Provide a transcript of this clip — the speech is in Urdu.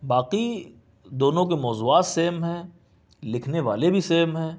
باقی دونوں کے موضوعات سیم ہیں لکھنے والے بھی سیم ہیں